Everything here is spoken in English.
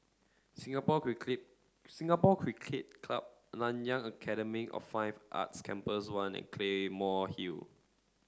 Singapore Cricket Singapore Cricket Club Nanyang Academy of Fine Arts Campus One and Claymore Hill